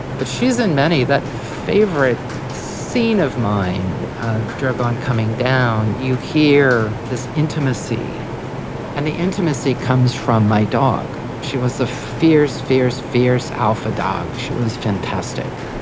but she is in many, that favorite scene of mine of drogon coming down, you hear, this intimacy and the intimacy comes from my dog, she was a fierce, fierce, fierce alpha dog. she was fantastic.